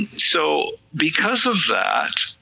so because of that,